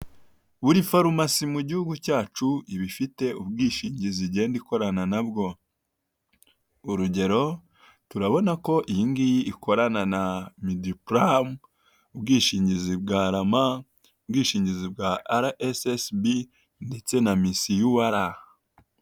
Buri farumasi mu gihugu cyacu, iba ifite ubwishingizi igenda ikorana na bwo. Urugero, turabona ko iyingiyi ikorana na midipuramu, ubwishingizi bwa rama, ubwishingizi bwa arayesesibi, ndetse na misi yuwara.